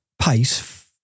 pace